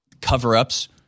cover-ups